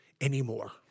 anymore